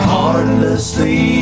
Heartlessly